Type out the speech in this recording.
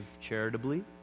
charitably